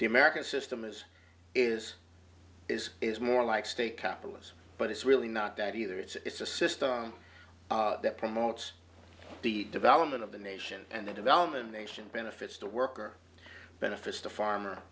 the american system is is is is more like state capitalism but it's really not bad either it's a system that promotes the development of the nation and the development nation benefits the worker benefits the farmer